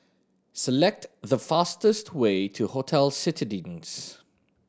select the fastest way to Hotel Citadines